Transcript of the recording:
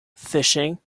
fishing